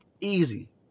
easy